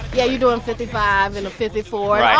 yeah, you're doing fifty five in a fifty four.